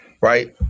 Right